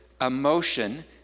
emotion